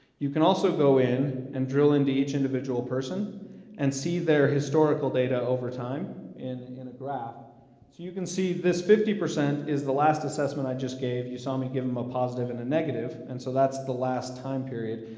you can also go in and drill into each individual person and see their historical data over time in a a graph. so you can see, this fifty percent is the last assessment i just gave. you saw me give them a positive and a negative and so that's the last time period.